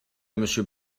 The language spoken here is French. monsieur